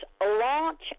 launch